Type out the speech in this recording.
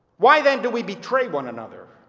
why then do we betray one another?